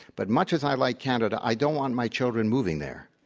but much as i like canada, i don't want my children moving there